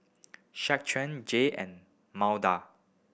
Jay and